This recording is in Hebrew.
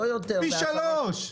פי שלושה.